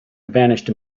vanished